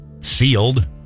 Sealed